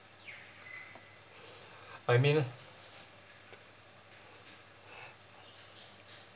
I mean